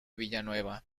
villanueva